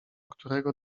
którego